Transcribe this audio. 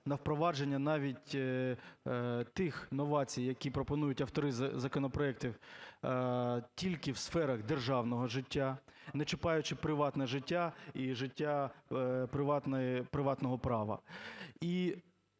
на впровадження навіть тих новацій, які пропонують автори законопроектів тільки в сферах державного життя, не чіпаючи приватне життя і життя приватного права.